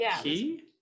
key